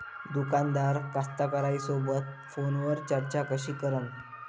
दुकानदार कास्तकाराइसोबत फोनवर चर्चा कशी करन?